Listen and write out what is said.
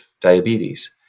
diabetes